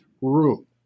room